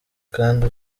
kandi